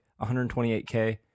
128K